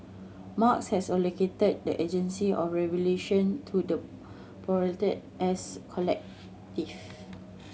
Marx has allocated the agency of revolution to the proletariat as collective